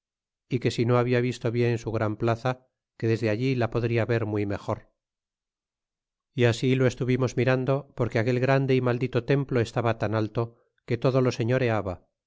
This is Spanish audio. y que si no habia visto bien su gran plaza que desde allí la podria ver muy mejor y así lo estuvimos mirando porque aquel grande y maldito templo estaba tan alto que todo lo señoreaba